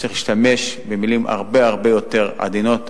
צריך להשתמש במלים הרבה הרבה יותר עדינות.